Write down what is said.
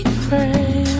pray